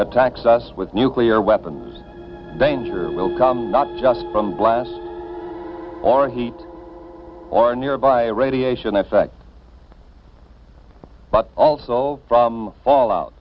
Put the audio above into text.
attacks us with nuclear weapons danger will come not just from blasts or heat or nearby radiation effect but also from fallout